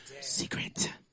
Secret